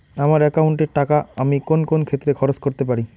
আমার একাউন্ট এর টাকা আমি কোন কোন ক্ষেত্রে খরচ করতে পারি?